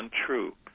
untrue